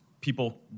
people